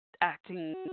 acting